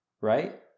right